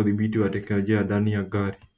Udihibiti kwa ndani ya gari.